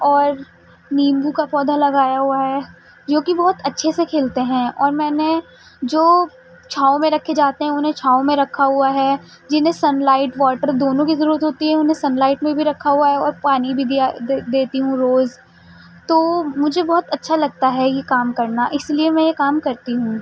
اور نیمبو کا پودا لگایا ہوا ہے جوکہ بہت اچھے سے کھلتے ہیں اور میں نے جو چھاؤں میں رکھے جاتے ہیں انہیں چھاؤں میں رکھا ہوا ہے جنہیں سن لائٹ واٹر دونوں کی ضرورت ہوتی ہے انہیں سن لائٹ میں بھی رکھا ہوا ہے اور پانی بھی دیا دیتی ہوں روز تو مجھے بہت اچھا لگتا ہے یہ کام کرنا اس لیے میں یہ کام کرتی ہوں